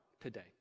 today